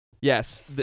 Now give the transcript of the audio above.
Yes